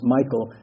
Michael